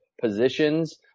positions